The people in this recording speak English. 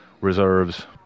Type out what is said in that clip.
reserves